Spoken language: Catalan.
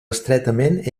estretament